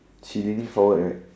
she leaning forward right